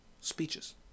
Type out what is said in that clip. speeches